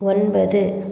ஒன்பது